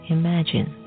imagine